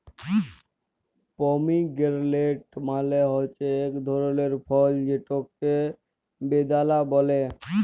pomegranate মালে হছে ইক ধরলের ফল যেটকে বেদালা ব্যলে